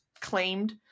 claimed